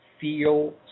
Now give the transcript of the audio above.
feel